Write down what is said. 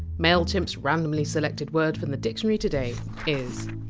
mailchimp! s randomly selected word from the dictionary today is.